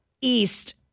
east